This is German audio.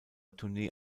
tournee